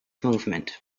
movement